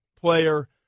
player